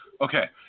Okay